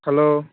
hello